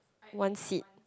one seed